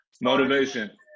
motivation